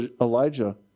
Elijah